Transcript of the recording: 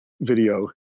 video